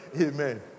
Amen